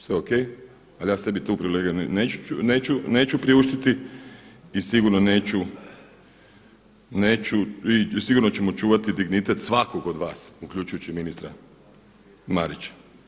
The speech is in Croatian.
Sve o.k. ali ja sebi tu privilegiju neću priuštiti i sigurno neću, sigurno ćemo čuvati dignitet svakog od vas uključujući i ministra Marića.